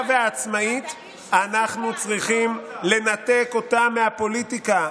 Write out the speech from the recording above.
ועצמאית אנחנו צריכים לנתק אותה מהפוליטיקה.